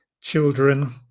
children